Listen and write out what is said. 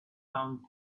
found